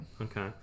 Okay